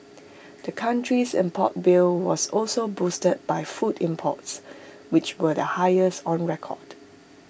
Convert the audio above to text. the country's import bill was also boosted by food imports which were the highest on record